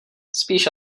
spíš